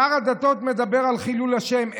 שר הדתות מדבר על חילול השם.